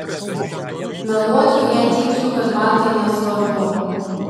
meluočiau jei teigčiau kad man tai nesvarbu